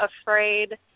afraid